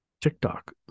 TikTok